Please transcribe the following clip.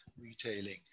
retailing